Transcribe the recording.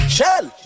Shell